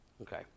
okay